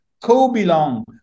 co-belong